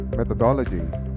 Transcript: methodologies